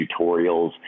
tutorials